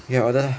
ya order lah